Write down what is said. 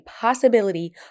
possibility